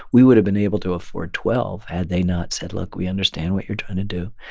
we would have been able to afford twelve had they not said, look we understand what you're trying to do.